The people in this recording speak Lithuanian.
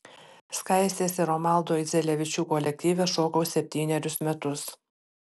skaistės ir romaldo idzelevičių kolektyve šokau septynerius metus